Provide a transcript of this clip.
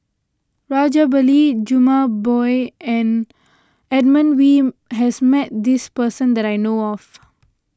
Rajabali Jumabhoy and Edmund Wee has met this person that I know of